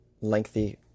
lengthy